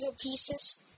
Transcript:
pieces